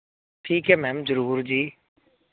ਠੀਕ ਹੈ ਮੈਮ ਜ਼ਰੂਰ ਜੀ